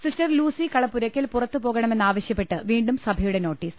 sister Lucy Kalappurakkal പുറത്തുപോകണമെന്നാവ ശ്യപ്പെട്ട് വീണ്ടും സഭയുടെ നോട്ടീസ്